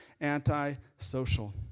anti-social